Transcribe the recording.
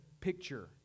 picture